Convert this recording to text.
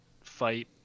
fight